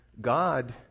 God